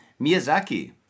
Miyazaki